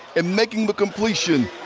and making the completion.